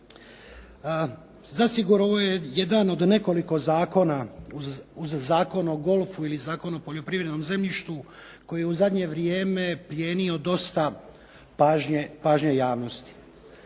Zasigurno ovo je jedan od nekoliko zakona uz Zakon o golfu ili Zakon o poljoprivrednom zemljištu koji je u zadnje vrijeme plijenio dosta pažnje javnosti.